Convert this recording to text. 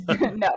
No